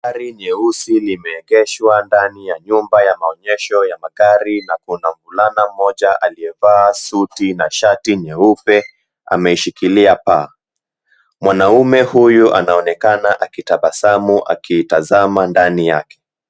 Gari nyeusi limeegeshwa ndani ya nyumba ya maonyesho ya magari na kuna mvulana mmoja aliyevaa suti na shati nyeupe ameishikilia paa. Mwanaume huyu anaonekana akitabasamu akitazama ndani yake.